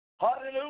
Hallelujah